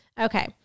Okay